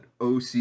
OC